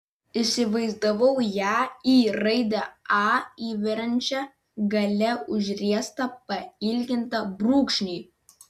įsivaizdavau ją į raidę a įveriančią gale užriestą pailgintą brūkšnį